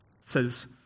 says